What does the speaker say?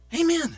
Amen